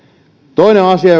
toinen asia